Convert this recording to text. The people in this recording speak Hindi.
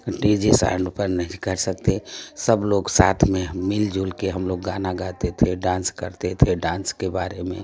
डी जे साँड पर नहीं कर सकते सब लोग साथ में मिल जुलके हम लोग गाना गाते थे डांस करते थे डांस के बारे में